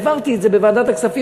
העברתי את זה בוועדת הכספים,